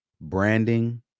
branding